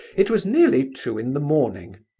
it was nearly two in the morning.